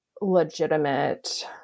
legitimate